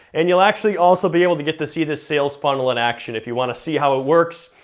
and you'll actually also be able to get to see this sales funnel in action, if you wanna see how it works,